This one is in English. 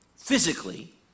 physically